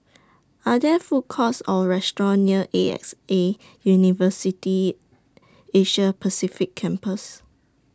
Are There Food Courts Or restaurants near A X A University Asia Pacific Campus